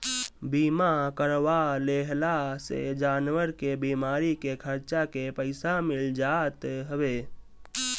बीमा करवा लेहला से जानवर के बीमारी के खर्चा के पईसा मिल जात हवे